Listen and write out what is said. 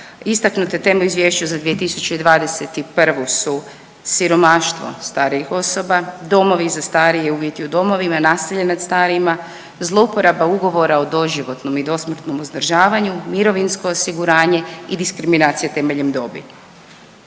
Istaknute temu izvješća za 2021. su siromaštva starijih osoba, domovi za starije i uvjeti u domovima, nasilje nad starijima, zlouporaba ugovora o doživotnom i dosmrtnom uzdržavanju, mirovinsko osiguranje i diskriminacija temeljem dobi.